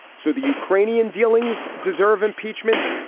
so the ukrainian dealings deserve impeachment.